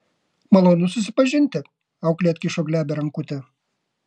malonu susipažinti auklė atkišo glebią rankutę